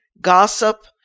gossip